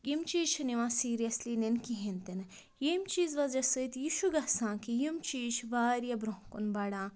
یِم چیٖز چھِنہٕ یِوان سیٖریَسلی نِنہٕ کِہیٖنۍ تِنہٕ یِم چیٖز وَجہ سۭتۍ یہِ چھُ گژھان کہِ یِم چیٖز چھِ واریاہ برٛونٛہہ کُن بڑان